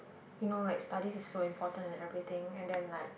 you know like studies is so important in everything and then like